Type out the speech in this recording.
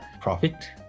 profit